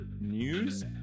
news